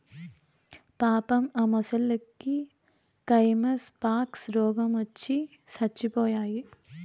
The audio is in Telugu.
పాపం ఆ మొసల్లకి కైమస్ పాక్స్ రోగవచ్చి సచ్చిపోయాయి